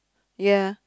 ya